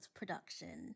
production